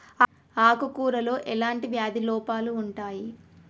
ఆకు కూరలో ఎలాంటి వ్యాధి లోపాలు ఉంటాయి?